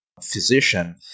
physician